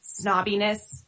snobbiness